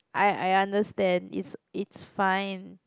I I understand it's it's fine